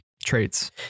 Traits